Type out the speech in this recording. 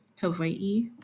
hawaii